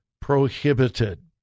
prohibited